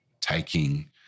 taking